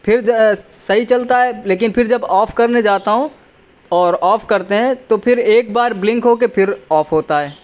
پھر صحیح چلتا ہے لیکن پھر جب آف کرنے جاتا ہوں اور آف کرتے ہیں تو پھر ایک بار بلنک ہو کے پھر آف ہوتا ہے